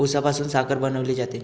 उसापासून साखर बनवली जाते